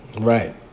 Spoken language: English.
Right